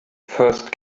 first